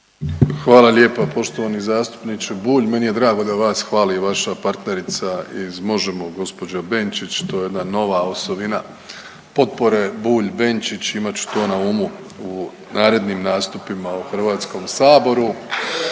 Hvala lijepo poštovani zastupniče Bulj. Meni je drago da vas hvali i vaša partnerica iz Možemo, gđa. Benčić, to je jedna nova osovina potpore Bulj-Benčić, imat ću to na umu u narednim nastupila u HS-u i to